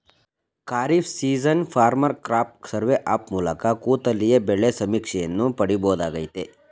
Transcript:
kharif season farmer crop survey app ಮೂಲಕ ಕೂತಲ್ಲಿಯೇ ಬೆಳೆ ಸಮೀಕ್ಷೆಯನ್ನು ಪಡಿಬೋದಾಗಯ್ತೆ